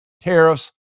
tariffs